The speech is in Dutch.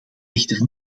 echter